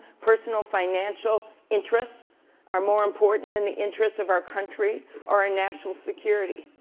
personal financial interests are more important than the interests of our country or our national security.